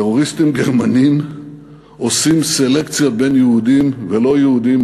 טרוריסטים גרמנים עושים סלקציה בין יהודים ללא-יהודים,